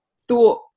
thought